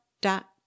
dot